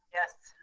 yes.